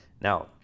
Now